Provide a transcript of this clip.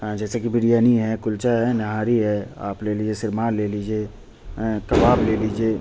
جیسے کہ بریانی ہے کلچہ ہے نہاری ہے آپ لے لیجیے شیرمال لے لیجیے کباب لے لیجیے